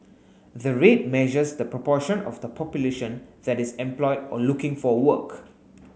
the rate measures the proportion of the population that is employed or looking for work